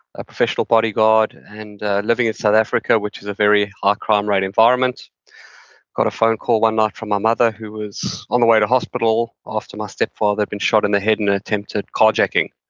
a professional bodyguard, and living in south africa, which is a very high crime rate environment got a phone call one night from my mother, who was on the way to hospital after my stepfather had been shot in the head in an attempted carjacking.